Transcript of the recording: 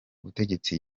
butegetsi